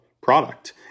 product